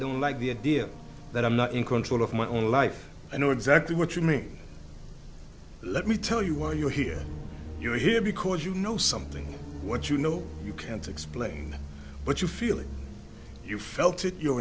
don't like the idea that i'm not in control of my own life and or does actually what you mean let me tell you why you're here you're here because you know something what you know you can't explain but you feel it you felt it your